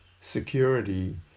security